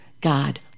God